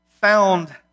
found